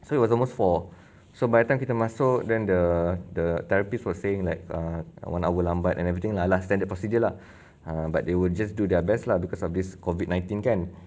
so it was almost four so by the time kita masuk then the the therapists were saying like err one hour lambat and everything lah last standard procedure lah !huh! but they would just do their best lah because of this COVID nineteen kan